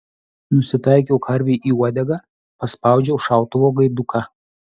nusitaikiau karvei į uodegą paspaudžiau šautuvo gaiduką